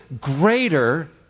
greater